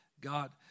God